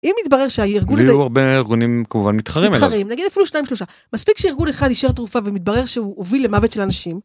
אם יתברר שהאירגון הזה, יהיו הרבה ארגונים כמובן מתחרים, נגיד אפילו שניים שלושה, מספיק שאירגון אחד אישר תרופה ומתברר שהוא הוביל למוות של אנשים.